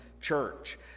church